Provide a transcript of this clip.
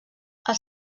els